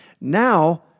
Now